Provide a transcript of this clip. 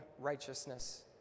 righteousness